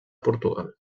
portugal